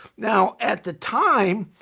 now at the time,